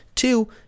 Two